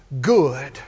good